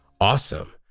Awesome